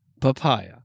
papaya